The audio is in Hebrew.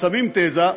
שמים תזה,